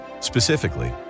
Specifically